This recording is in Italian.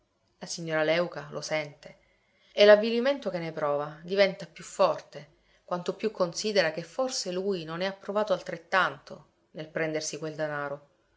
la signora léuca lo sente e l'avvilimento che ne prova diventa più forte quanto più considera che forse lui non ne ha provato altrettanto nel prendersi quel danaro